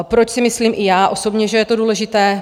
Proč si myslím i já osobně, že je to důležité?